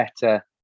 better